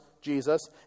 Jesus